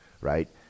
right